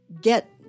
get